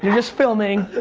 just filming,